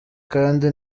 kandi